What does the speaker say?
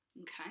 Okay